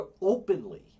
openly